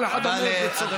כל אחד עומד, מה לכם